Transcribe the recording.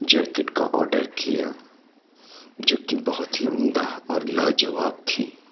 jacket کا order کیا جوکہ بہت ہی عمدہ اور لاجواب تھی